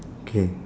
okay